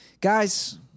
Guys